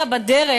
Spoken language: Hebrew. אלא בדרך,